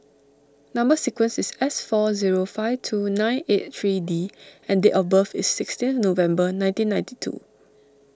Number Sequence is S four zero five two nine eight three D and date of birth is sixteen November nineteen ninety two